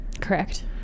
Correct